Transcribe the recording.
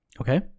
okay